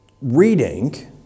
reading